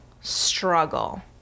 struggle